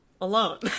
alone